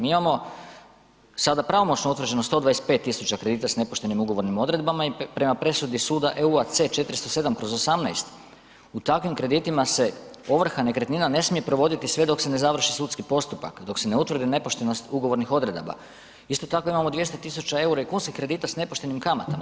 Mi imamo sada pravomoćno utvrđeno 125 tisuća kredita s nepoštenim ugovornim odredbama i prema presudu suda EU-a C 407/18 u takvim kreditima se ovrha nekretnina ne smije provoditi sve dok se ne završi sudski postupak, dok se ne utvrdi nepoštenost ugovornih odredaba, isto tako imamo 200 tisuća eura i kunskih kredita s nepoštenim kamatama.